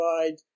provide